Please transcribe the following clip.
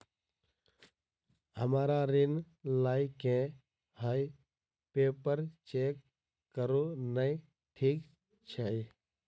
हमरा ऋण लई केँ हय पेपर चेक करू नै ठीक छई?